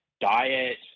diet